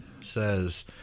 says